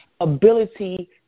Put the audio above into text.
ability